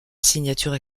signature